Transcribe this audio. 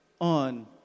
on